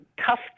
tough